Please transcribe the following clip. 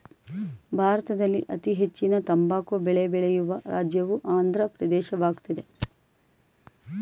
ಭಾರತದಲ್ಲಿ ಅತೀ ಹೆಚ್ಚಿನ ತಂಬಾಕು ಬೆಳೆ ಬೆಳೆಯುವ ರಾಜ್ಯವು ಆಂದ್ರ ಪ್ರದೇಶವಾಗಯ್ತೆ